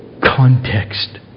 context